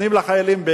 נותנים לחיילים,